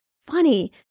funny